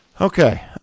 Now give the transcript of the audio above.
Okay